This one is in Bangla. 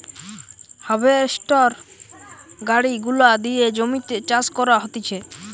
হার্ভেস্টর গাড়ি গুলা দিয়ে জমিতে চাষ করা হতিছে